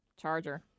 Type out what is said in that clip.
Charger